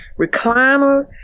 recliner